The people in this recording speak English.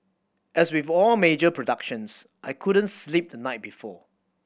as with all major productions I couldn't sleep the night before